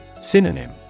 Synonym